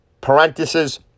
Parentheses